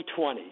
2020